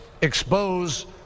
expose